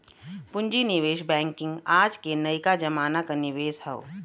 पूँजी निवेश बैंकिंग आज के नयका जमाना क निवेश हौ